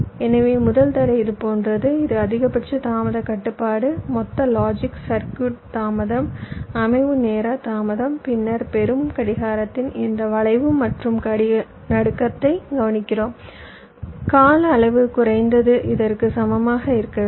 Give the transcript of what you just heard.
எனவே முதல் தடை இது போன்றது இது அதிகபட்ச தாமதக் கட்டுப்பாடு மொத்த லாஜிக் சர்க்யூட் தாமதம் அமைவு நேர தாமதம் பின்னர் பெறும் கடிகாரத்தின் இந்த வளைவு மற்றும் நடுக்கத்தை கவனிக்கிறோம் கால அளவு குறைந்தது இதற்கு சமமாக இருக்க வேண்டும்